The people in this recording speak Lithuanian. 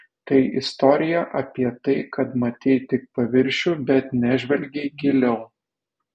tai istorija apie tai kad matei tik paviršių bet nežvelgei giliau